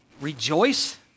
rejoice